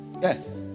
yes